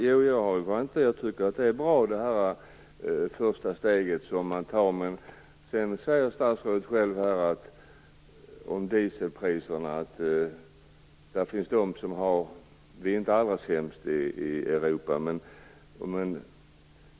Fru talman! Jag tycker att det första steget man tar är bra. Men statsrådet säger själv om dieselpriserna att vi inte är allra sämst i Europa.